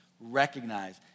recognize